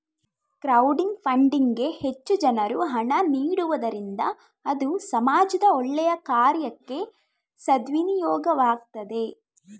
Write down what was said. crowding funding ಗೆ ಹೆಚ್ಚು ಜನರು ಹಣ ನೀಡುವುದರಿಂದ ಅದು ಸಮಾಜದ ಒಳ್ಳೆಯ ಕಾರ್ಯಕ್ಕೆ ಸದ್ವಿನಿಯೋಗವಾಗ್ತದೆ